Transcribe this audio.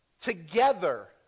Together